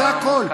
זה הכול.